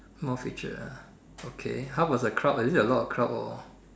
more feature ah okay how was the crowd is it a lot of crowd or